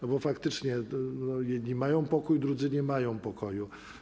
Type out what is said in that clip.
No bo faktycznie jedni mają pokój, drudzy nie mają pokoju.